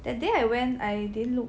that day I went I didn't look